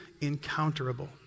encounterable